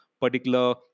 particular